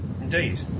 Indeed